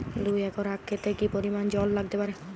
দুই একর আক ক্ষেতে কি পরিমান জল লাগতে পারে?